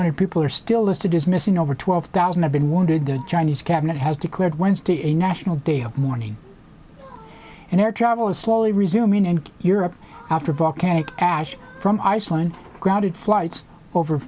hundred people are still listed as missing over twelve thousand have been wounded the chinese cabinet has declared wednesday a national day of mourning and air travel is slowly resuming and europe after volcanic ash from iceland grounded flights over